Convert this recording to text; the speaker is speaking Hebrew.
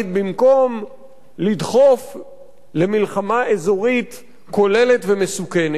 במקום לדחוף למלחמה אזורית כוללת ומסוכנת